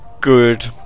good